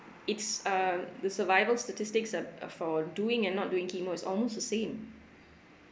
it's uh the survival statistics uh uh for doing and not doing chemo~ is almost the same